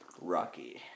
rocky